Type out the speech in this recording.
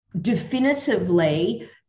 definitively